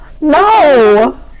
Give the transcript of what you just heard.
no